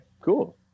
Cool